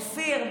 אופיר,